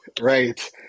Right